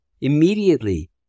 immediately